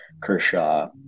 Kershaw